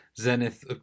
Zenith